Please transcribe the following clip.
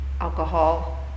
alcohol